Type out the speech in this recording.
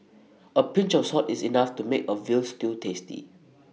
A pinch of salt is enough to make A Veal Stew tasty